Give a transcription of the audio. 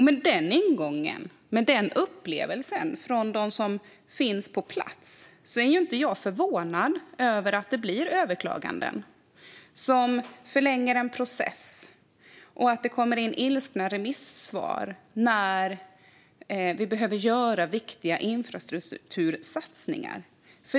Med den ingången och den upplevelsen hos dem som finns på plats är jag inte förvånad över att det blir överklaganden som förlänger en process eller att det kommer in ilskna remissvar när vi behöver göra viktiga infrastruktursatsningar.